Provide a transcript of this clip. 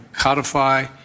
codify